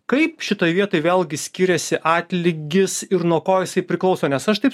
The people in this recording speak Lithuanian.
kaip šitoj vietoj vėlgi skiriasi atlygis ir nuo ko jisai priklauso nes aš taip